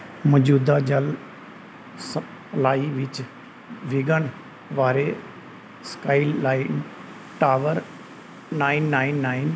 ਮੌਜੂਦਾ ਜਲ ਸਪਲਾਈ ਵਿੱਚ ਵਿਘਨ ਬਾਰੇ skyline tower nine nine nine